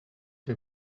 que